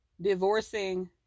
divorcing